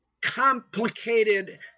complicated